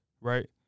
Right